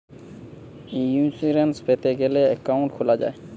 insurance পেতে গ্যালে account খুলা যায়